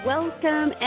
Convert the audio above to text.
Welcome